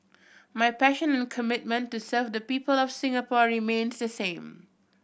my passion and commitment to serve the people of Singapore remains the same